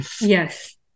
Yes